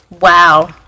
Wow